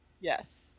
Yes